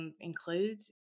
includes